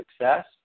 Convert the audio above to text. success